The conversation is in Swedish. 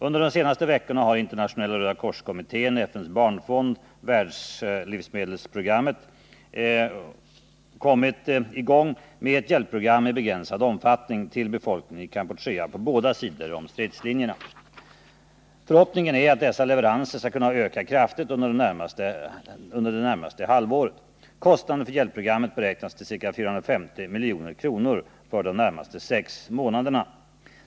Under de senaste veckorna har internationella Rödakorskommittén , FN:s barnfond och Världslivsmedelsprogrammet kommit i gång med ett hjälpprogram i begränsad omfattning till befolkningen i Kampuchea på båda sidor om stridslinjerna. Förhoppningen är att dessa leveranser skall kunna öka kraftigt under det närmaste halvåret. Kostnaden för hjälpprogrammet beräknas till ca 450 milj.kr. för de närmaste sex månaderna.